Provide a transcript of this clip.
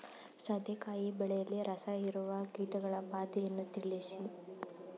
ಸೌತೆಕಾಯಿ ಬೆಳೆಯಲ್ಲಿ ರಸಹೀರುವ ಕೀಟಗಳ ಬಾಧೆಯನ್ನು ತಿಳಿಸಿ?